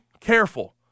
careful